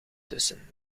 tussen